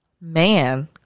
man